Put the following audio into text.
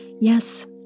Yes